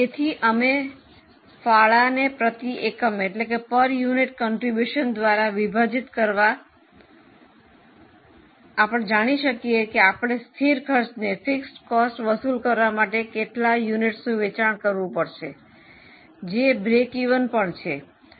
તેથી અમે તેને ફાળો પ્રતિ એકમ દ્વારા વિભાજીત કરવા થી આપણે જાણી શકીએ કે આપણે સ્થિર ખર્ચને વસૂલ કરવા માટે કેટલા એકમો વેચાણ કરવા પડશે જે સમતૂર પણ છે